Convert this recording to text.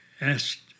Asked